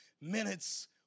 minutes